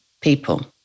people